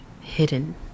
hidden